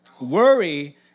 Worry